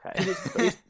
okay